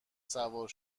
سوار